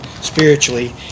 spiritually